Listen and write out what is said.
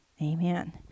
Amen